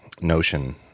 notion